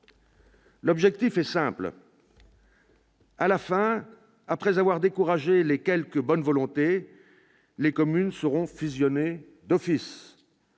L'objectif est simple : à la fin, après avoir découragé les quelques bonnes volontés, les communes seront fusionnées d'office.